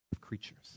Creatures